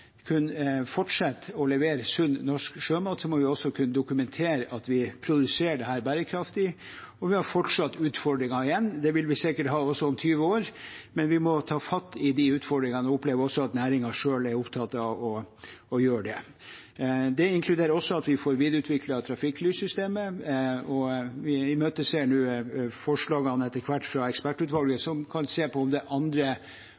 kunne fortsette å levere sunn norsk sjømat, må vi også kunne dokumentere at vi produserer dette bærekraftig, og vi har fortsatt utfordringer igjen. Det vil vi sikkert ha også om 20 år, men vi må ta fatt i de utfordringene, og jeg opplever også at næringen selv er opptatt av å gjøre det. Det inkluderer også at vi får videreutviklet trafikklyssystemet, og vi imøteser nå etter hvert forslagene fra ekspertutvalget, som kan se på om det er andre